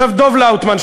דב לאוטמן,